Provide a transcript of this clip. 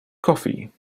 coffee